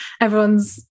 everyone's